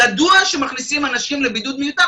ידוע שמכניסים אנשים לבידוד מיותר.